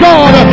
God